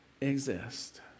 exist